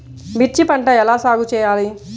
మిర్చి పంట ఎలా సాగు చేయాలి?